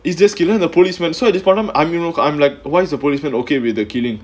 it's just given a policeman so at this point I'm I'm you know I'm like why is the policeman okay with the killing